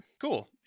Cool